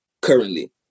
currently